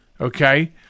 okay